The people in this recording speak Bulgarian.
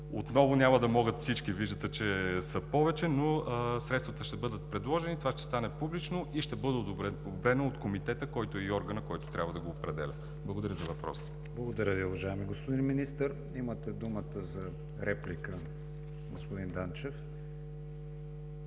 отново няма да могат всички, виждате че са повече, но средствата ще бъдат предложени, това ще стане публично и ще бъде удовлетворено от Комитета, който и органът, който трябва да го определя. Благодаря за въпроса. ПРЕДСЕДАТЕЛ КРИСТИАН ВИГЕНИН: Благодаря Ви, уважаеми господин Министър. Имате думата за реплика, господин Данчев.